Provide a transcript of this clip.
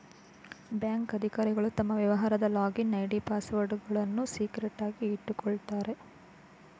bank ಅಧಿಕಾರಿಗಳು ತಮ್ಮ ವ್ಯವಹಾರದ ಲಾಗಿನ್ ಐ.ಡಿ, ಪಾಸ್ವರ್ಡ್ಗಳನ್ನು ಸೀಕ್ರೆಟ್ ಆಗಿ ಇಟ್ಕೋತಾರೆ